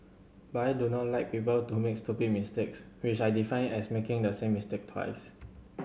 but I do not like people to make stupid mistakes which I define as making the same mistake twice